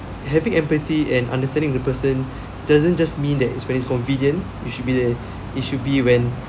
having empathy and understanding the person doesn't just mean that it's very convenient you should be there it should be when